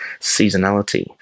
seasonality